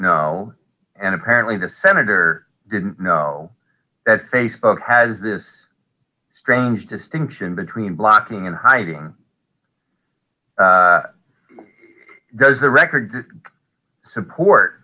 know and apparently the senator didn't know that facebook has this strange distinction between blocking and hiding does the record support